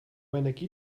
energie